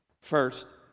First